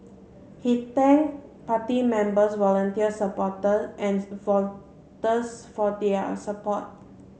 he thanked party members volunteers supporters and voters for their support